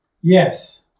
Yes